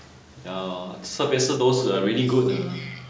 ya loh 设备是都是 ah really good ah